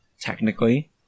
Technically